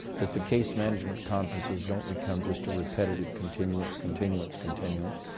that the case management conferences don't become just a repetitive continuance, continuance, continuance,